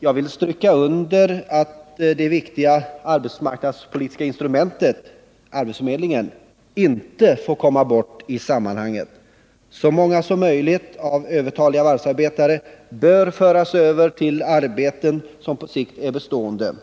Jag vill stryka under att det viktiga arbetsmarknadspolitiska instrumentet — arbetsförmedlingen — inte får komma bort i sammanhanget. Så många som möjligt av övertaliga varvsarbetare bör föras över till arbeten som på sikt är bestående.